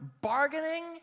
bargaining